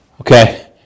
Okay